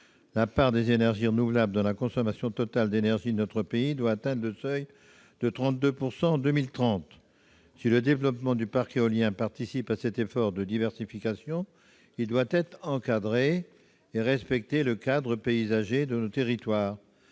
la part des énergies renouvelables dans la consommation totale d'énergie de notre pays doit atteindre le seuil de 32 % en 2030. Si le développement du parc éolien participe à cet effort de diversification, il doit être encadré et doit respecter les paysages de nos territoires.